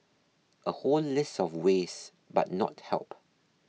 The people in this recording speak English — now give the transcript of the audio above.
a whole list of ways but not help